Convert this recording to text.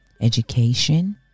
education